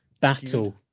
battle